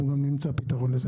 אנחנו נמצא לו פתרון.